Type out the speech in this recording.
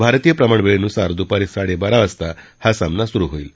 भारतीय प्रमाणवेळेनुसार दुपारी साडे बारा वाजता हा सामना सुरु होईल